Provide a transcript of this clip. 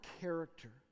character